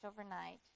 overnight